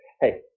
Hey